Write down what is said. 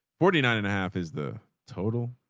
forty nine and a half is the total.